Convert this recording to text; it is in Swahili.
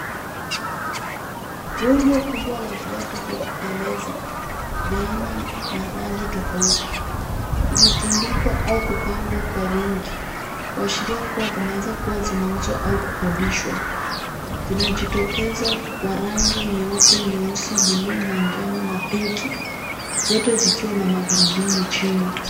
Rundo kubwa la viatu vya kuteleza vya aina na rangi tofauti vimetundikwa au kupangwa kwa wingi kuashiria kuwa vinaweza kuwa vinauzwa au kukodishwa. Vinajitokeza kwa rangi nyeupe, nyeusi, buluu, manjano na [c]pinki[c] zote vikiwa na magurudumu chini.